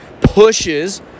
pushes